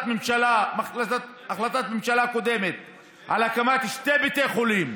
ממשלה קודמת על הקמת שני בתי חולים,